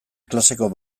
klaseko